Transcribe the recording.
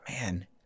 man